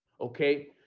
Okay